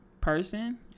person